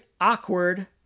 awkward